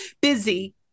busy